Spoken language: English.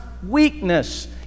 weakness